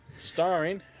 Starring